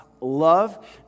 love